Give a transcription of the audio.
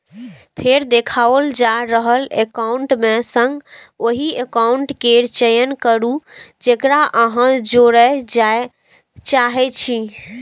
फेर देखाओल जा रहल एकाउंट मे सं ओहि एकाउंट केर चयन करू, जेकरा अहां जोड़य चाहै छी